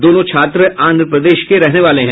दोनों छात्र आंध्र प्रदेश के रहने वाले हैं